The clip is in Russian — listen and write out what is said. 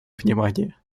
внимание